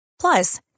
Plus